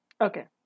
Okay